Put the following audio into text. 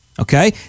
Okay